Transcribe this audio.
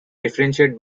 differentiate